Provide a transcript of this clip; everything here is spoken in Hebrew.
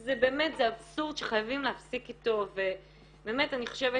זה באמת זה אבסורד שחייבים להפסיק איתו ובאמת אני חושבת